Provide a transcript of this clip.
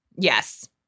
Yes